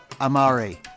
Amari